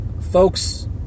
folks